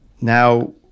now